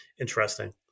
interesting